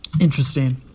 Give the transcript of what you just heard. Interesting